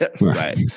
Right